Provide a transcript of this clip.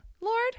Lord